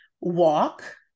walk